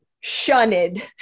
Shunned